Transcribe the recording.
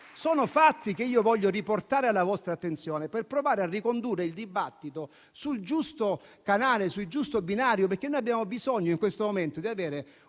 Sono fatti, che io voglio riportare alla vostra attenzione per provare a riportare il dibattito sul giusto canale, sul giusto binario, perché noi abbiamo bisogno, in questo momento, di avere un approccio